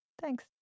Thanks